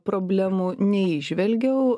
problemų neįžvelgiau